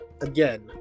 again